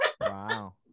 Wow